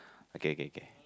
okay kay kay